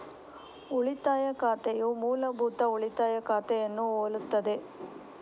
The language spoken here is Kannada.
ಉಳಿತಾಯ ಖಾತೆಯು ಮೂಲಭೂತ ಉಳಿತಾಯ ಖಾತೆಯನ್ನು ಹೋಲುತ್ತದೆ